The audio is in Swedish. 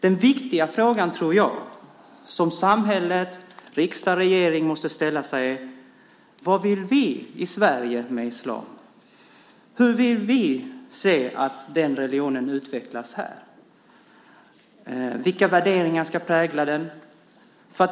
Jag tror att den viktiga fråga som samhället, riksdag och regering måste ställa är: Vad vill vi i Sverige med islam? Hur vill vi att den religionen utvecklas här? Vilka värderingar ska prägla den?